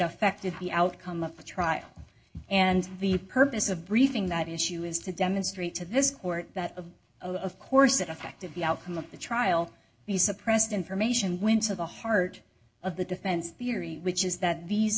affected the outcome of the trial and the purpose of briefing that issue is to demonstrate to this court that of of course it affected the outcome of the trial he suppressed information went to the heart of the defense theory which is that these